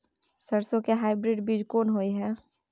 सरसो के हाइब्रिड बीज कोन होय है?